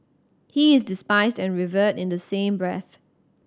he is despised and revered in the same breath